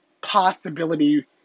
possibility